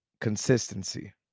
Consistency